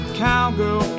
cowgirl